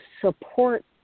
support